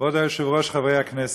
כבוד היושב-ראש, חברי הכנסת,